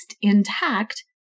intact